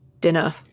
dinner